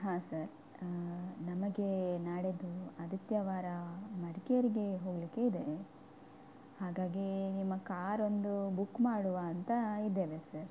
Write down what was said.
ಹಾಂ ಸರ್ ನಮಗೆ ನಾಡಿದ್ದು ಆದಿತ್ಯವಾರ ಮಡಿಕೇರಿಗೆ ಹೋಗಲಿಕ್ಕೆ ಇದೆ ಹಾಗಾಗಿ ನಿಮ್ಮ ಕಾರೊಂದು ಬುಕ್ ಮಾಡುವ ಅಂತ ಇದ್ದೇವೆ ಸರ್